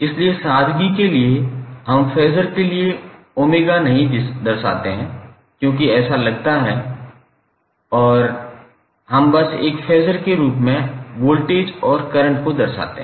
इसलिए सादगी के लिए हम फेज़र के लिए ओमेगा नहीं दर्शाते हैं क्योंकि ऐसा लगता है और हम बस एक फेज़र के रूप में वोल्टेज और करंट को दर्शाते हैं